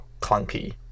clunky